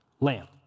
lamb